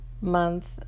month